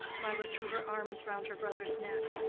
mirah threw her arms round her brother's neck,